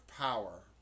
power